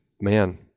Man